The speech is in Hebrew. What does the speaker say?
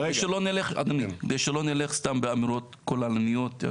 כדי שלא נלך סתם באמירות כוללניות.